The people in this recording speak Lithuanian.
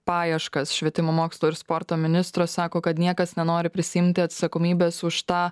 paieškas švietimo mokslo ir sporto ministro sako kad niekas nenori prisiimti atsakomybės už tą